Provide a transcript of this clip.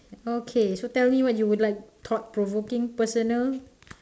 okay so tell me what would you like thought provoking personal